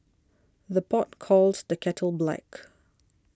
the pot calls the kettle black